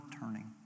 turning